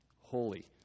holy